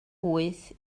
wyth